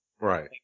Right